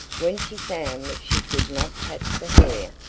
when she found that she could not catch the hare,